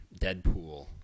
Deadpool